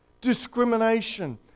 discrimination